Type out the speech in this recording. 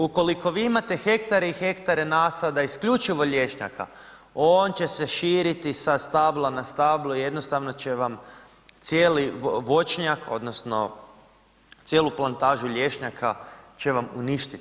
Ukoliko vi imate hektare i hektare nasada isključivo lješnjaka, on će se širiti sa stabla na stablo, jednostavno će vam cijeli voćnjak, odnosno cijelu plantažu lješnjaka će vam uništiti.